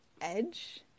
edge